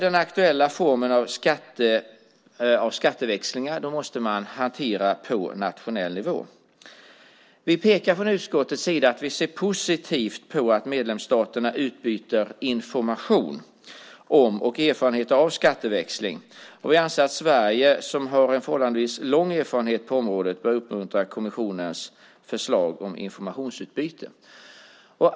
Den aktuella formen av skatteväxlingar måste man hantera på nationell nivå. Vi pekar från utskottets sida på att vi ser positivt på att medlemsstaterna utbyter information om och erfarenhet av skatteväxling. Vi anser att Sverige, som har en förhållandevis lång erfarenhet på området, bör uppmuntra kommissionens förslag om informationsutbyte.